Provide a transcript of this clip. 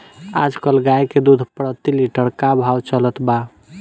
आज कल गाय के दूध प्रति लीटर का भाव चलत बा?